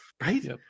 right